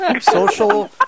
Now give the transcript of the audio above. social